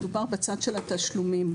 מדובר בצד של התשלומים.